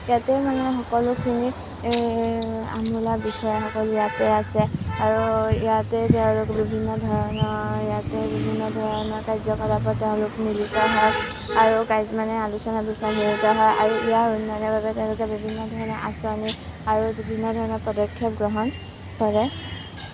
ইয়াতে মানে সকলোখিনি আমোলা বিষয়াসকল ইয়াতে আছে আৰু ইয়াতে তেওঁলোক বিভিন্ন ধৰণৰ ইয়াতে বিভিন্ন ধৰণৰ কাৰ্য কলাপত তেওঁলোক মিলিত হয় আৰু মানে আলোচনা বিলোচনাত মিলিত হয় আৰু ইয়াৰ উন্নয়নৰ বাবে বিভিন্ন ধৰণৰ আঁচনি আৰু বিভিন্ন ধৰণৰ পদক্ষেপ গ্ৰহণ কৰে